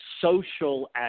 social